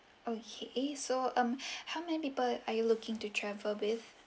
okay so um how many people are you looking to travel with